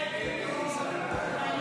הסתייגות 1 לחלופין נח